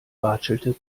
watschelte